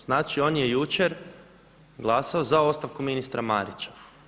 Znači on je jučer glasao za ostavku ministra Marića.